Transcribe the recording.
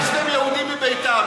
גירשתם יהודים מביתם,